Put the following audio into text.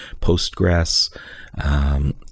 Postgres